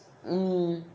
mm